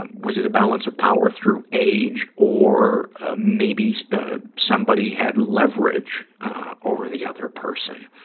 um was it a balance of power through age or maybe somebody had leverage over the other person?